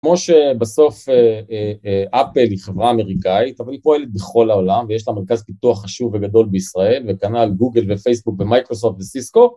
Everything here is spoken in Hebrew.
כמו שבסוף אפל היא חברה אמריקאית, אבל היא פועלת בכל העולם, ויש לה מרכז פיתוח חשוב וגדול בישראל, וכנ"ל גוגל ופייסבוק ומייקרוסופט וסיסקו.